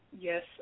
Yes